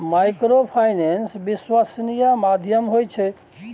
Microfinance विश्वासनीय माध्यम होय छै?